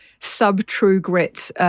sub-true-grit